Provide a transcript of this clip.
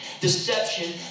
deception